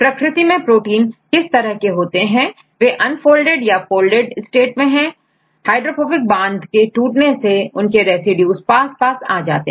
प्रकृति में प्रोटीन किस तरह से होते हैं वे अनफोल्डेड या फोल्डरडेट अवस्था में हाइड्रोफोबिक बांध के टूटने से उनके रेसिड्यू पास पास आ सकते हैं